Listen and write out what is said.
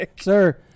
sir